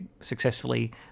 successfully